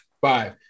Five